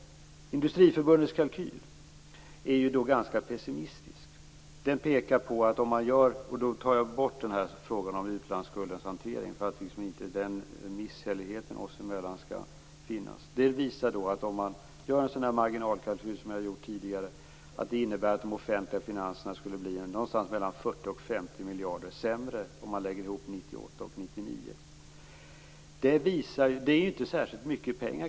Industriförbundets kalkyl är ganska pessimistisk. Om man gör en sådan marginalkalkyl som jag tidigare har gjort pekar den på - och då bortser jag från frågan om utlandsskuldens hantering, eftersom jag inte vill att den misshälligheten oss emellan skall finnas - att de offentliga finanserna skulle bli 40-50 miljarder sämre, om man lägger ihop 1998 och 1999.